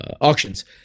auctions